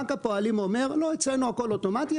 בנק הפועלים אומר שאצלנו הכול אוטומטי,